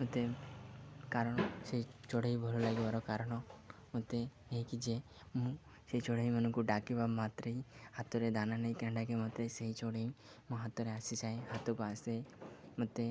ମତେ କାରଣ ସେଇ ଚଢ଼େଇ ଭଲ ଲାଗିବାର କାରଣ ମତେ ଏହିକି ଯେ ମୁଁ ସେଇ ଚଢ଼େଇ ମାନଙ୍କୁ ଡାକିବା ମାତ୍ରେ ହାତରେ ଦାନା ନେଇକିନା ଡାକେ ମାତ୍ରେ ସେଇ ଚଢ଼େଇ ମୋ ହାତରେ ଆସିଯାଏ ହାତକୁ ଆସେ ମତେ